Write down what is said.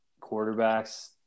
quarterbacks